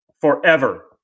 Forever